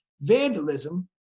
vandalism